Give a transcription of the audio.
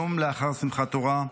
יום אחרי שמחת תורה,